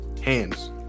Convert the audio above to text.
hands